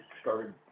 started